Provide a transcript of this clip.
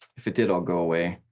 if it did all go away,